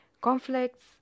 conflicts